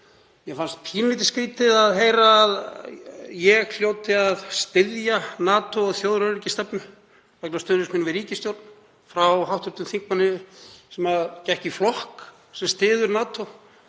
Mér fannst pínulítið skrýtið að heyra að ég hljóti að styðja NATO og þjóðaröryggisstefnu vegna stuðnings míns við ríkisstjórn frá hv. þingmanni sem gekk í flokk sem styður NATO.